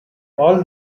all